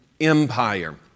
Empire